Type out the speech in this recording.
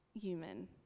human